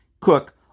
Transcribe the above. Cook